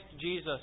Jesus